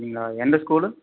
அப்படிங்களா எந்த ஸ்கூலு